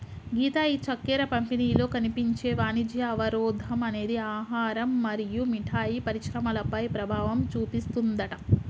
గీత ఈ చక్కెర పంపిణీలో కనిపించే వాణిజ్య అవరోధం అనేది ఆహారం మరియు మిఠాయి పరిశ్రమలపై ప్రభావం చూపిస్తుందట